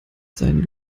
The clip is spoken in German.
seinen